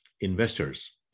investors